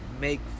make